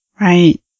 Right